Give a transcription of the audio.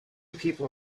people